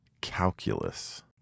calculus